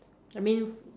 I mean